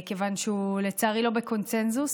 כיוון שהוא, לצערי, לא בקונסנזוס,